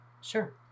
Sure